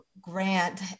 Grant